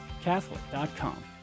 Catholic.com